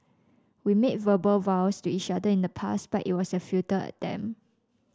we made verbal vows to each other in the past but it was a futile attempt